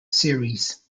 series